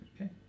Okay